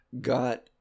got